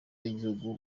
bw’igihugu